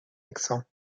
accent